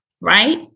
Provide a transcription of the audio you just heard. Right